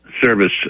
service